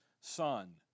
Son